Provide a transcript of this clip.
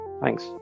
Thanks